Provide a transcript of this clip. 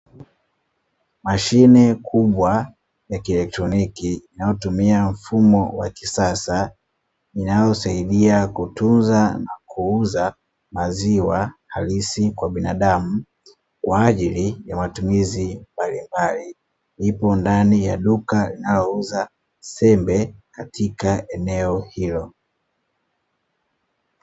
Mashine kubwa ya kielektroniki, inayotumia mfumo wa kisasa, inayosaidia kutunza na kuuza maziwa halisi kwa binadamu kwa ajili ya matumizi mbalimbali, ipo ndani ya duka linalouza sembe katika eneo hilo.